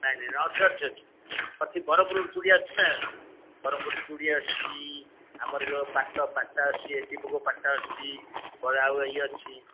ନାଇଁ ନାଇଁ ନାଇଁ ଅଛି ଅଛି ଅଛି ଅଛି ବରହମପୁର ଚୁଡ଼ି ଅଛି ନା ବରହମପୁର ଚୁଡ଼ି ଅଛି ଆମର ଯୋଉ ପାଟ ପାଟ ଆସୁଛି ପାଟ ଆସୁଛି ପରେ ଆଉ ଇଏ ଅଛି